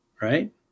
right